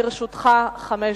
לרשותך חמש דקות.